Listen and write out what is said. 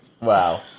Wow